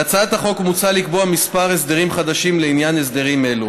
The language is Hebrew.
בהצעת החוק מוצע לקבוע כמה הסדרים חדשים לעניין הסדרים אלה.